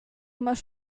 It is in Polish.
masz